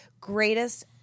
greatest